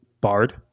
Bard